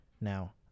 now